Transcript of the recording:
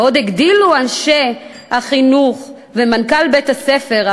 ועוד הגדילו אנשי החינוך ומנכ"ל בית-הספר,